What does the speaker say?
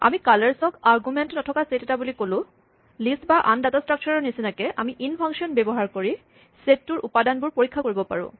আমি কালাৰছ ক আৰগুমেন্ট নথকা ছেট বুলি ক'লো লিষ্ট বা আন ডাটা স্ট্ৰাক্সাৰছ ৰ নিচিনাকে আমি ইন ফাংচন ব্যৱহাৰ কৰি ছেটটোৰ উপাদানবোৰ পৰীক্ষা কৰিব পাৰোঁ